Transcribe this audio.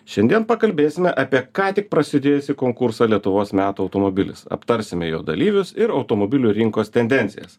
šiandien pakalbėsime apie ką tik prasidėjusį konkursą lietuvos metų automobilis aptarsime jo dalyvius ir automobilių rinkos tendencijas